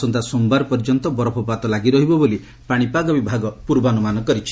ଆସନ୍ତା ସୋମବାର ପର୍ଯ୍ୟନ୍ତ ବରଫପାତ ଲାଗି ରହିବ ବୋଲି ପାଣିପାଗ ବିଭାଗ ପୂର୍ବାନୁମାନ କରିଛି